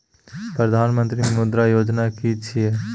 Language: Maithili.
प्रधानमंत्री मुद्रा योजना कि छिए?